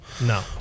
no